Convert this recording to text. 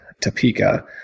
Topeka